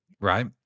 right